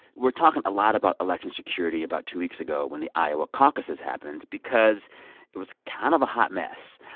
were talking a lot about election security about two weeks ago when the iowa caucuses happened because it was kind of a hot mess.